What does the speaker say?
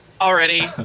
already